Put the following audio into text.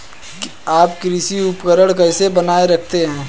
आप कृषि उपकरण कैसे बनाए रखते हैं?